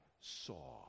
saw